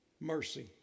mercy